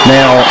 now